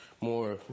more